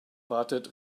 wartet